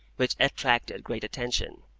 which attracted great attention.